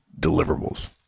deliverables